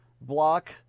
block